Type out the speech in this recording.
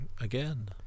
Again